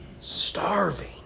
Starving